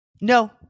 No